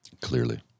Clearly